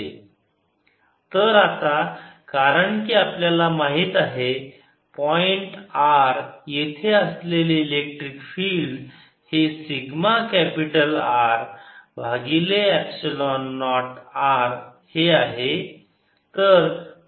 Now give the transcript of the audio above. Vr rREdrrRRσ0rdr σR0 lnrrRVrσR0ln Rr तर आता कारण की आपल्याला माहीत आहे पॉईंट r येथे असलेले इलेक्ट्रिक फील्ड हे सिग्मा कॅपिटल R भागिले एप्सिलॉन नॉट r हे आहे